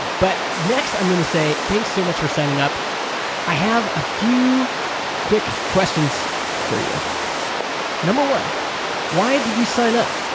but next i'm going to say thanks so much for signing up i have a few quick questions for you one why did you sign up?